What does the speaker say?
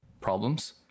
problems